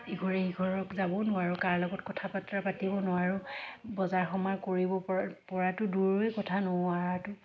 ইঘৰে সিঘৰক যাবও নোৱাৰোঁ কাৰ লগত কথা বাৰ্তা পাতিবও নোৱাৰোঁ বজাৰ সমাৰ কৰিবপৰা পৰাটো দূৰৈৰে কথা নোৱাৰাটো